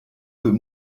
peut